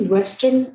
Western